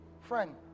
Friend